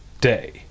day